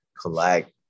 collect